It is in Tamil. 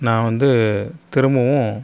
நான் வந்து திரும்பவும்